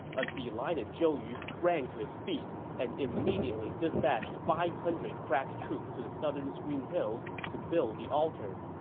a delighted zhou yu sprang to his feet and immediately dispatched five hundred crack troops to the southern screen hills to build the altar.